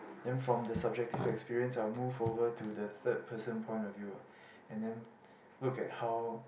then from the subjective experience I will move over to the third person point of view and then look at how